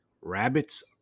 Rabbits